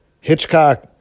Hitchcock